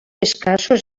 escassos